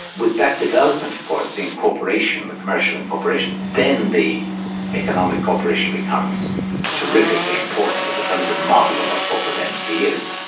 with that development, of course, the incorporation, the commercial incorporation, then the economic incorporation becomes terrifically important, it becomes a model of what a corporate entity is,